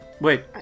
Wait